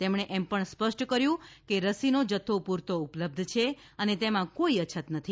તેમણે એમ પણ સ્પષ્ટ કર્યું કે રસીનો જથ્થો પૂરતો ઉપલબ્ધ છે અને તેમાં કોઈ અછત નથી